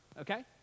okay